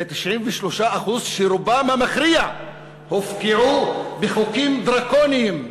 אלה 93% שרובם המכריע הופקעו בחוקים דרקוניים,